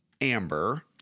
amber